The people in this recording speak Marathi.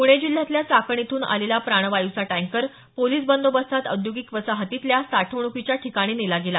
पुणे जिल्ह्यातल्या चाकण इथून आलेला प्राणवायूचा टँकर पोलिस बंदोबस्तात औद्योगिक वसाहतीतल्या साठवणूकीच्या ठिकाणी नेला गेला